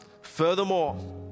Furthermore